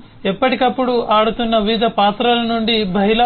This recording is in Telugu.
మనము ఎప్పటికప్పుడు ఆడుతున్న వివిధ పాత్రల నుండి బహుళ